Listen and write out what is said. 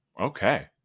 Okay